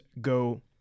go